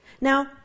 Now